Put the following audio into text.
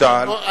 בוטל.